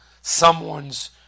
someone's